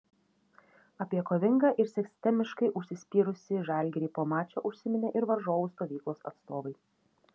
apie kovingą ir sistemiškai užsispyrusį žalgirį po mačo užsiminė ir varžovų stovyklos atstovai